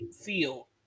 feel